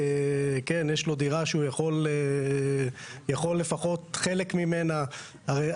כן, יש לו דירה שהוא יכול לפחות חלק ממנה, הרי,